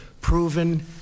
proven